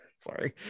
Sorry